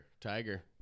tiger